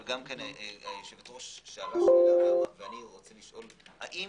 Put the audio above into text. ואני רוצה לשאול, האם